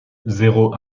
zéro